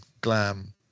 glam